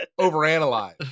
overanalyze